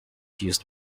used